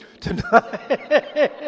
tonight